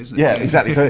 yeah, exactly.